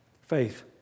Faith